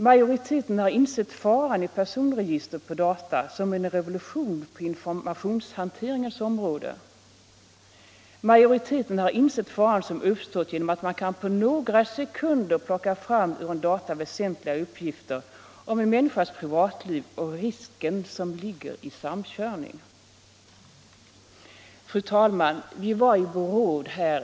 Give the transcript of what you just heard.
Majoriteten har insett faran i personregister på data som en revolution på informationshanteringens område och insett den fara som uppstått genom att man på några sekunder ur en dator kan plocka fram väsentliga uppgitter om en människas privatliv, liksom den risk som ligger i samkörning. Fru talman!